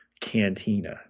cantina